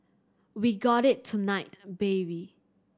we got it tonight baby